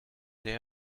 they